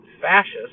fascist